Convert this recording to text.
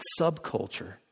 subculture